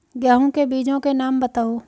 गेहूँ के बीजों के नाम बताओ?